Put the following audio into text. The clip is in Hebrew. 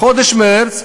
בחודש מרס,